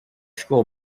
school